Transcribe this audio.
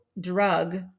drug